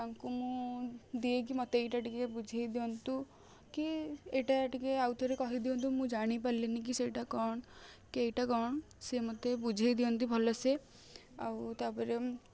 ତାଙ୍କୁ ମୁଁ ଦିଏ କି ମତେ ଏଇଟା ଟିକେ ବୁଝେଇ ଦିଅନ୍ତୁ କି ଏଇଟା ଟିକେ ଆଉଥରେ କହିଦିଅନ୍ତୁ ମୁଁ ଜାଣିପାରିଲିନି କି ସେଇଟା କ'ଣ କି ଏଇଟା କ'ଣ ସିଏ ମତେ ବୁଝେଇ ଦିଅନ୍ତି ଭଲ ସେ ଆଉ ତାପରେ